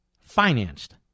financed